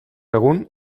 egun